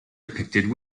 depicted